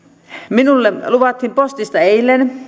minulle luvattiin postista eilen